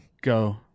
go